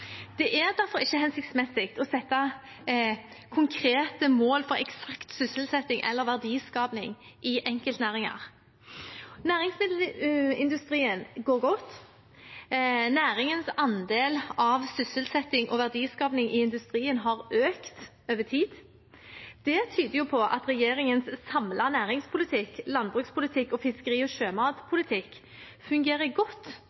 Det er derfor ikke hensiktsmessig å sette konkrete mål for eksakt sysselsetting eller verdiskaping i enkeltnæringer. Næringsmiddelindustrien går godt. Næringens andel av sysselsetting og verdiskaping i industrien har økt over tid. Det tyder på at regjeringens samlede næringspolitikk, landbrukspolitikk og fiskeri- og sjømatpolitikk fungerer godt